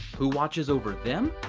who watches over them?